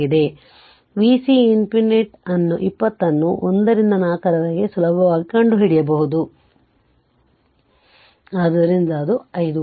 ಆದ್ದರಿಂದ vc ∞ 20 ಅನ್ನು 1 ರಿಂದ 4 ರವರೆಗೆ ಸುಲಭವಾಗಿ ಕಂಡುಹಿಡಿಯಬಹುದು ಆದ್ದರಿಂದ 5 ವೋಲ್ಟ್